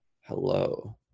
hello